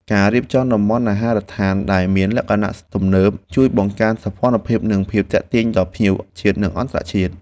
ការរៀបចំតំបន់អាហារដ្ឋានដែលមានលក្ខណៈទំនើប ជួយបង្កើនសោភ័ណភាពនិងភាពទាក់ទាញដល់ភ្ញៀវជាតិនិងអន្តរជាតិ។